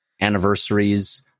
anniversaries